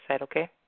Okay